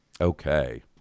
okay